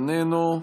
איננו,